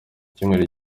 icyumweru